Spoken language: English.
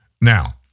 Now